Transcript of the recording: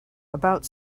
about